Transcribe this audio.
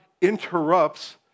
interrupts